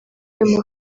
ayo